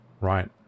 Right